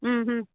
ಊಂ ಹ್ಞೂ